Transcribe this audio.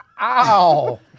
Ow